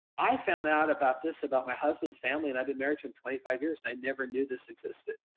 i found out about this about my husband's family and i've been married to him twenty five years and i never knew this existed.